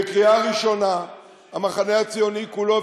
בקריאה ראשונה המחנה הציוני כולו,